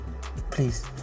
please